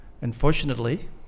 Unfortunately